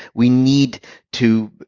we need to.